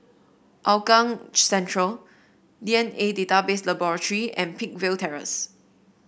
Hougang Central D N A Database Laboratory and Peakville Terrace